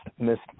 missed